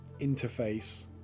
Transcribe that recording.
interface